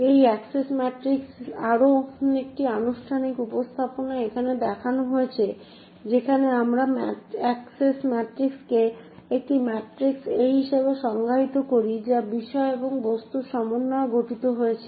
এই অ্যাক্সেস ম্যাট্রিক্সের আরও একটি আনুষ্ঠানিক উপস্থাপনা এখানে দেখানো হয়েছে যেখানে আমরা অ্যাক্সেস ম্যাট্রিক্সকে একটি ম্যাট্রিক্স A হিসাবে সংজ্ঞায়িত করি যা বিষয় এবং বস্তুর সমন্বয়ে গঠিত হয়েছে